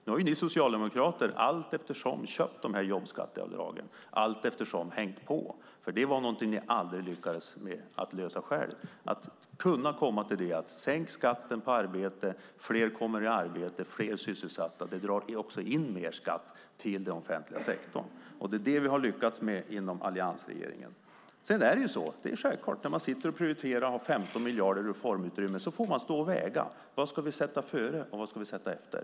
Nu har ni socialdemokrater allteftersom köpt de här jobbskatteavdragen, allteftersom hängt på. Det var någonting som ni aldrig lyckades lösa själva, att komma fram till att sänka skatten på arbete så att fler kommer i arbete. Fler sysselsatta drar också in mer skatt till den offentliga sektorn. Det är det vi har lyckats med inom alliansregeringen. Självklart är det så att när man har 15 miljarder i reformutrymme och ska prioritera får man väga vad vi ska sätta före och vad vi ska sätta efter.